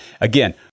Again